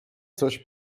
coś